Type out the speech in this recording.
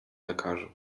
lekarzu